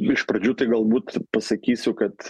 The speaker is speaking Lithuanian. iš pradžių tai galbūt pasakysiu kad